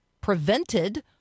prevented